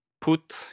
put